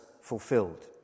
fulfilled